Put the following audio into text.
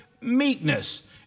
meekness